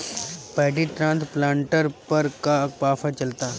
Paddy transplanter पर का offer चलता?